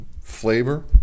flavor